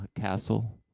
Castle